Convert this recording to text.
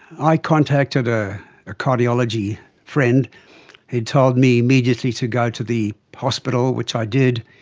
i contacted a cardiology friend who told me immediately to go to the hospital, which i did,